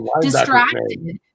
distracted